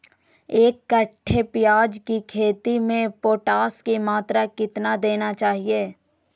एक कट्टे प्याज की खेती में पोटास की मात्रा कितना देना चाहिए?